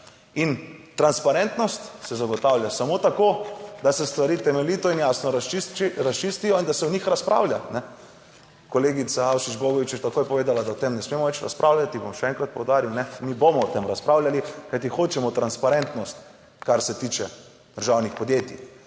In transparentnost se zagotavlja samo tako, da se stvari temeljito in jasno razčistijo in da se o njih razpravlja. Kolegica Avšič Bogovič je takoj povedala, da o tem ne smemo več razpravljati, bom še enkrat poudaril, mi bomo o tem razpravljali kajti hočemo transparentnost, kar se tiče državnih podjetij